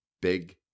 big